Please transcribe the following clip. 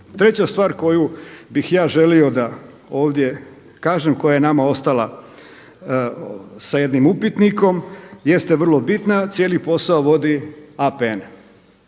Treća stvar koju bih ja želio da ovdje kažem koja je nama ostala sa jednim upitnikom jeste vrlo bitna, cijeli posao vodi APN,